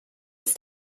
ist